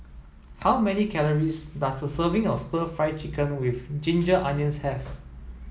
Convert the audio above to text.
how many calories does a serving of stir fry chicken with ginger onions have